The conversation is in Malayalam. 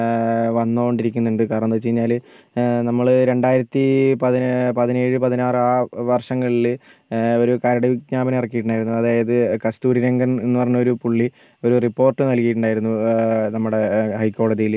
വന്നോണ്ടിരിക്കുന്നുണ്ട് കരണെന്താന്ന് വെച്ച് കഴിഞ്ഞാൽ നമ്മൾ രണ്ടായിരത്തി പതി പതിനേഴ് പതിനാറ് ആ വർഷങ്ങളിൽ ഒരു കരട് വിജ്ഞാപനം ഇറക്കിട്ടുണ്ടായിരുന്നു അതായത് കസ്തൂരി രംഗൻ എന്ന് പറഞ്ഞൊരു പുള്ളി ഒരു റിപ്പോർട്ട് നല്കിയിട്ടുണ്ടായിരുന്നു നമ്മുടെ ഹൈക്കോടതിയിൽ